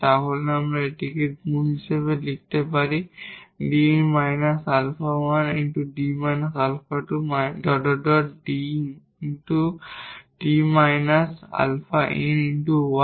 তাহলে আমরা এটিকে গুণ হিসাবে লিখতে পারি 𝐷 𝛼1 𝐷 𝛼2 ⋯ 𝐷 𝛼𝑛 𝑦 X